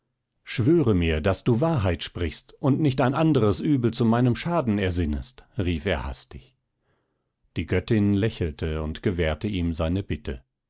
schwöre mir daß du wahrheit sprichst und nicht ein anderes übel zu meinem schaden ersinnest rief er hastig die göttin lächelte und gewährte ihm seine bitte